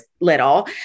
Little